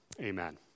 Amen